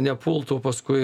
nepultų paskui